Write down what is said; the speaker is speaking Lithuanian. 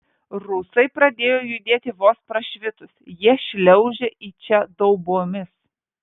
rusai pradėjo judėti vos prašvitus jie šliaužia į čia daubomis